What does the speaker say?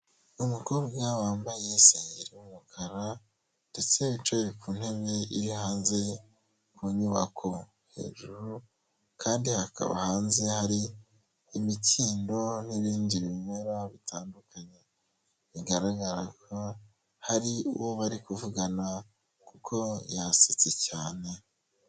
Umukobwa wambaye isengeri y'umukara ndetse wicaye ku ntebe iri hanze ku nyubako hejuru, kandi hakaba hanze hari imikindo n'ibindi bimera bitandukanye, bigaragara hari uwo bari kuvugana kuko yasetse cyane.